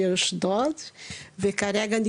באשדוד וכרגע,